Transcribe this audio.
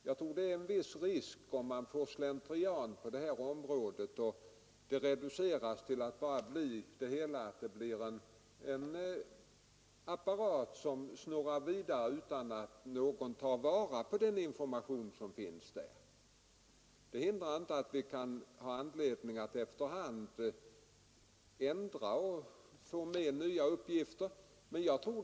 Det kan föreligga en viss risk för slentrian på detta område, och då reduceras det hela till att bli en apparat som snurrar vidare utan att någon tar vara på den information som finns i materialet. Detta hindrar emellertid inte att vi kan ha anledning att efter hand ändra på informationsflödet och ta med nya uppgifter.